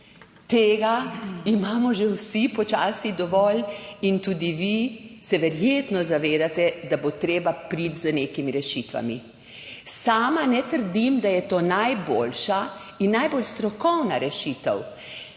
Tega imamo že vsi počasi dovolj in tudi vi se verjetno zavedate, da bo treba priti z nekimi rešitvami. Sama ne trdim, da je to najboljša in najbolj strokovna rešitev.